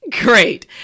Great